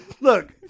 Look